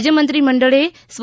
રાજ્ય મંત્રી મંડળે સ્વ